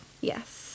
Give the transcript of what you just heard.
Yes